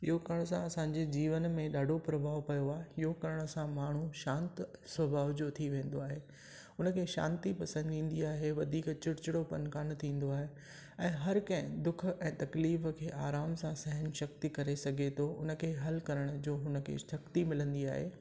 योग करण सां असांजे जीवन में ॾाढो प्रभाव पियो आहे योग करण सां माण्हू शांति स्वभाव जो थी वेंदो आहे हुनखे शांती पसंदि ईंदी आहे वधीक चिढ़चिढ़ोपन कोन थींदो आहे ऐं हर कंहिं दुख ऐं तकलीफ़ खे आराम सां सहन शक्ती करे सघे थो उनखे हल करण जो उनखे शक्ती मिलंदी आहे